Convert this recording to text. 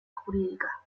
jurídica